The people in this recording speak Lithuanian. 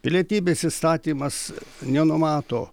pilietybės įstatymas nenumato